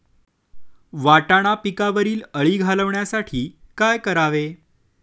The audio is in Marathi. वाटाणा पिकावरील अळी घालवण्यासाठी काय करावे?